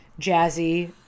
jazzy